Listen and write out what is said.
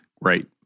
right